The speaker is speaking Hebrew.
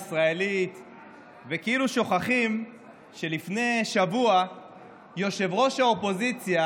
וכאילו שוכחים שלפני שבוע ראש האופוזיציה,